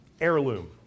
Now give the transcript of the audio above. heirloom